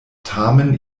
tamen